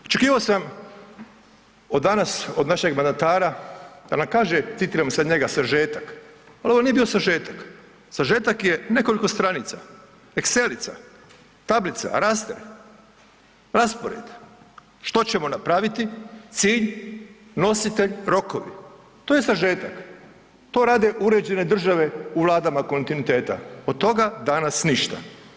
Očekivao sam od danas od našeg mandatara da nam kaže, citiram sad njega, sažetak, al ovo nije bio sažetak, sažetak je nekoliko stranica, ekselica, tablica, rasteri, raspored, što ćemo napraviti, cilj, nositelj, rokovi, to je sažetak, to rade uređene države u vladama kontinuiteta, od toga danas ništa.